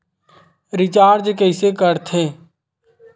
Recharge कइसे कर थे?